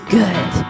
good